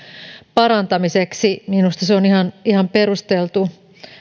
parantamiseksi minusta se on ihan ihan perusteltu